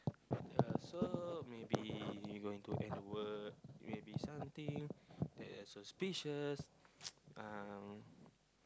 uh so maybe we going to end the work maybe something that is suspicious um